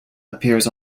appears